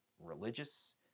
religious